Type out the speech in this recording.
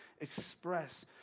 express